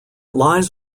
lies